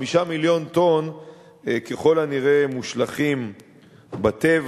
5 מיליון טונות ככל הנראה מושלכות בטבע,